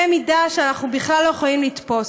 מידה שאנחנו בכלל לא יכולים לתפוס.